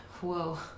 Whoa